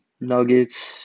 Nuggets